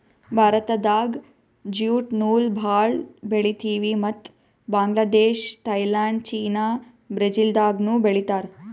ಭಾರತ್ದಾಗ್ ಜ್ಯೂಟ್ ನೂಲ್ ಭಾಳ್ ಬೆಳಿತೀವಿ ಮತ್ತ್ ಬಾಂಗ್ಲಾದೇಶ್ ಥೈಲ್ಯಾಂಡ್ ಚೀನಾ ಬ್ರೆಜಿಲ್ದಾಗನೂ ಬೆಳೀತಾರ್